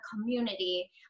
community